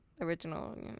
Original